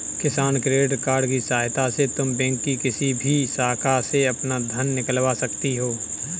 किसान credit card की सहायता से तुम बैंक की किसी भी शाखा से अपना धन निकलवा सकती हो